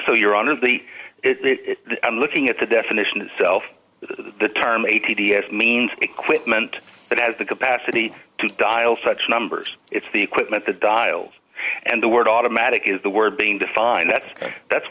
so you're on of the it i'm looking at the definition itself the term a t f means equipment that has the capacity to dial such numbers it's the equipment the dials and the word automatic is the word being defined that that's